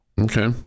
Okay